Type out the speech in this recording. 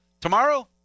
tomorrow